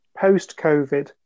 post-Covid